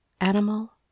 animal